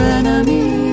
enemy